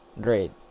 Great